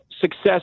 success